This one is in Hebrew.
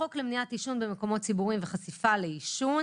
החוק למניעת עישון במקומות ציבוריים וחשיפה לעישון